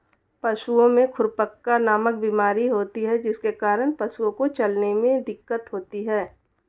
पशुओं में खुरपका नामक बीमारी होती है जिसके कारण पशुओं को चलने में दिक्कत होती है